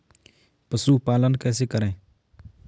पशुपालन कैसे करें?